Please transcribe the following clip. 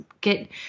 get